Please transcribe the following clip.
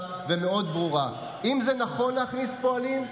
ומאוד ברורה: אם זה נכון להכניס פועלים,